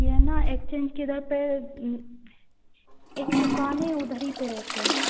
ये है ना एक्स्चेंज के इधर पर एक दुकान है उधर ही पर रहते हैं